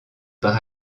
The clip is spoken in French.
par